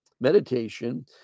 Meditation